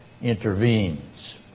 intervenes